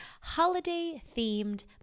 holiday-themed